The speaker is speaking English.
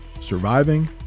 Surviving